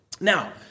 Now